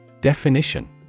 Definition